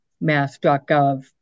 Mass.gov